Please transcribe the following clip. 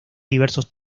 diversos